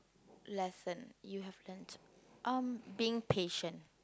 lesson you have learnt um being patient